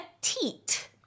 teat